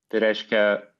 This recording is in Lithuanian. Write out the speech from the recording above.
tai reiškia